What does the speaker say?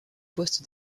poste